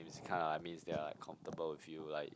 he's kind of like means they're like comfortable with you like